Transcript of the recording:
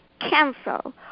cancel